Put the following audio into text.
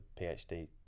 PhD